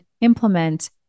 implement